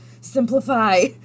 simplify